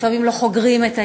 לפעמים לא חוגרים את הילדים.